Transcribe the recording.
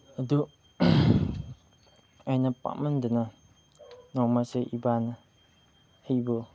ꯑꯗꯨ ꯑꯩꯅ ꯄꯥꯝꯃꯟꯗꯅ ꯅꯣꯡꯃꯁꯦ ꯏꯄꯥꯅ ꯑꯩꯕꯨ